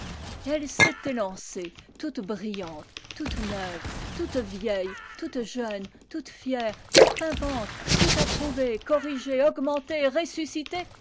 elle s'est élancée toute brillante toute neuve toute vieille toute jeune toute fière toute pimpante toute approuvée corrigée augmentée et ressuscitée